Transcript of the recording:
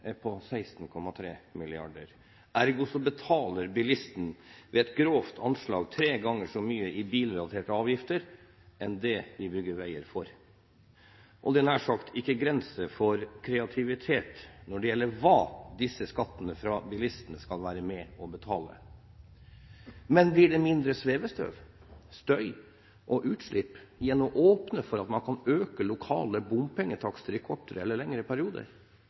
på 16,3 mrd. kr – ergo betaler bilistene ved et grovt anslag tre ganger mer i bilrelaterte avgifter enn det vi bygger veier for. Det er nær sagt ikke grenser for kreativitet når det gjelder hva disse skattene fra bilistene skal være med på å betale. Men blir det mindre svevestøv, støy og utslipp gjennom å åpne for at man kan øke lokale bompengetakster i kortere eller lengre perioder?